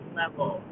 level